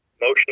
motion